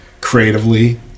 Creatively